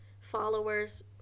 followers